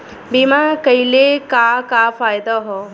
बीमा कइले का का फायदा ह?